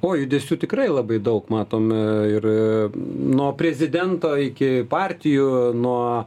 o judesių tikrai labai daug matome ir nuo prezidento iki partijų nuo